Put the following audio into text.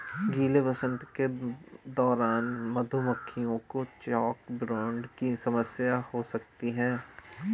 गीले वसंत के दौरान मधुमक्खियों को चॉकब्रूड की समस्या हो सकती है